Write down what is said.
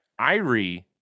Irie